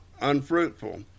unfruitful